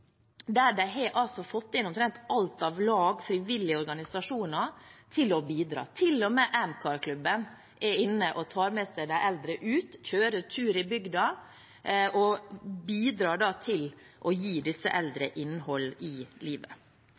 der de har fått inn omtrent alt av lag og frivillige organisasjoner til å bidra. Til og med Amcar-klubben er inne og tar med seg de eldre ut, kjører tur i bygda og bidrar til å gi de eldre innhold i livet.